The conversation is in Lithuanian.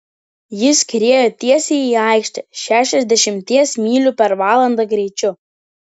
ji skriejo tiesiai į aikštę šešiasdešimties mylių per valandą greičiu